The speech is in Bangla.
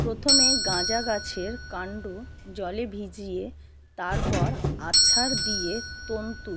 প্রথমে গাঁজা গাছের কান্ড জলে ভিজিয়ে তারপর আছাড় দিয়ে তন্তু